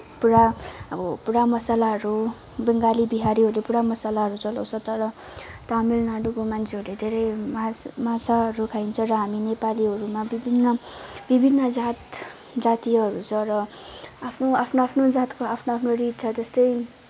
पुरा अब पुरा मसलाहरू बङ्गाली बिहारीहरूले पुरा मसलाहरू चलाउँछ तर तामिलनाडूको मान्छेहरूले धेरै माछ माछाहरू खाइन्छ र हामी नेपालीहरूमा विभिन्न विभिन्न जात जातीयहरू छ र आफ्नो आफ्नो आफ्नो जातको आफ्नो आफ्नो रित छ जस्तै